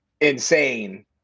insane